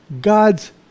God's